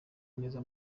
neza